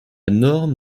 norme